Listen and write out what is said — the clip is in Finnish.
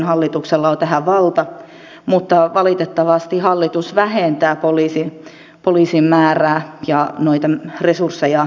hallituksella on tähän valta mutta valitettavasti hallitus vähentää poliisin määrää ja resursseja edelleenkin